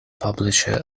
publisher